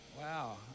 Wow